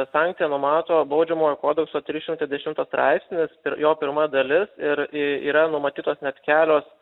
sankciją numato baudžiamojo kodekso trys šimtai dešimtas straipsnis ir jo pirma dalis ir yra numatytos net kelios